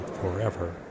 forever